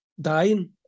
dying